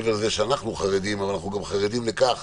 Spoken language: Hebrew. מעבר לזה שאנחנו חרדים, אנחנו גם חרדים לכך